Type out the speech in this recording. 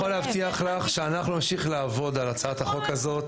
אני יכול להבטיח לך שאנחנו נמשיך לעבוד על הצעת החוק הזאת.